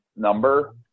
number